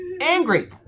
angry